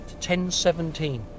1017